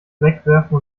wegwerfen